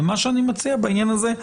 ומה שאני מציע בעניין הזה,